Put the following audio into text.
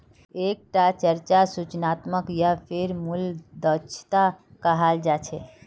एक टाक चर्चा सूचनात्मक या फेर मूल्य दक्षता कहाल जा छे